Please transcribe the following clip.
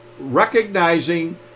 recognizing